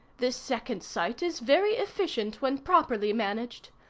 this second sight is very efficient when properly managed.